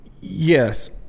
Yes